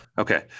Okay